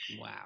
Wow